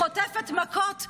חוטפת מכות,